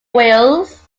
wills